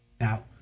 Now